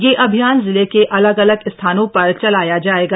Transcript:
यह अभियान जिले के अलग अलग स्थानो पर चलाया जायेगा